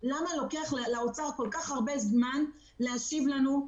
למה לוקח לאוצר כל כך הרבה זמן להשיב לנו,